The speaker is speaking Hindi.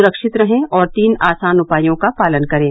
सुरक्षित रहें और तीन आसान उपायों का पालन करें